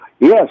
Yes